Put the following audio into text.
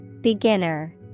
Beginner